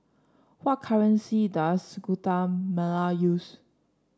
what currency does Guatemala use